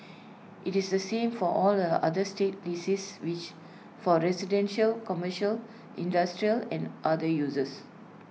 IT is the same for all the other state leases which for residential commercial industrial and other users